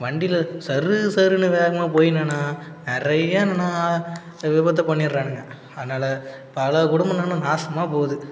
வண்டியில சர்ரு சர்ருன்னு வேகமாக போயின்னு என்னென்னா நிறைய என்னென்னா விபத்தை பண்ணிறானுங்க அதனால் பல குடும்பம் என்னென்னா நாசமாக போகுது